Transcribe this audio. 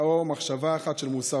או מחשבה אחת של מוסר,